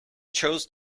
chose